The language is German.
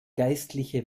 geistliche